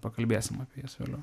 pakalbėsim apie jas vėliau